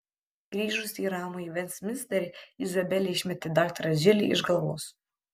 grįžusi į ramųjį vestminsterį izabelė išmetė daktarą džilį iš galvos